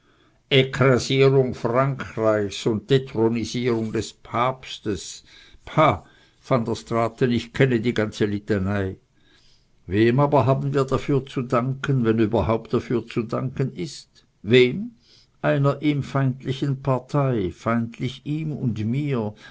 frankreichs und dethronisierung des papstes pah van der straaten ich kenne die ganze litanei wem aber haben wir dafür zu danken wenn überhaupt dafür zu danken ist wem einer ihm feindlichen partei feindlich ihm und mir